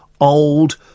old